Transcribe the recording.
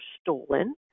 stolen